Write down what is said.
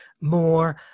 more